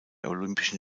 olympischen